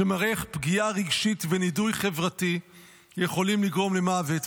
שמראה איך פגיעה רגשית ונידוי חברתי יכולים לגרום למוות.